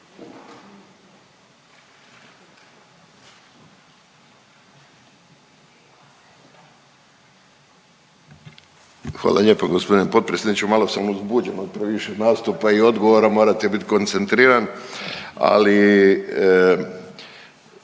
Hvala lijepa gospodine potpredsjedniče. Malo sam uzbuđen od previše nastupa i odgovora, morate bit koncentriran. Ali